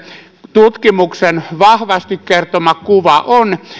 tutkimuksen vahvasti kertoma kuva on